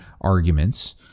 arguments